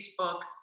Facebook